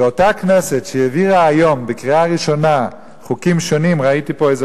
ואותה כנסת שהעבירה היום בקריאה ראשונה חוקים שונים ראיתי פה איזה